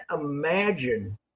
imagine